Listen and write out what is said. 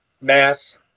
mass